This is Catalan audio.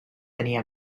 tenir